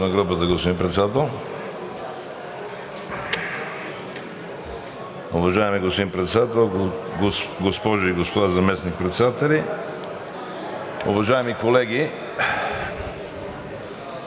на групата, господин Председател! Уважаеми господин Председател, госпожи и господа заместник-председатели, уважаеми колеги!